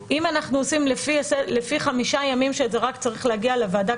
אם אנחנו עושים לפי חמישה ימים שזה רק צריך להגיע לוועדה,